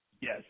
Yes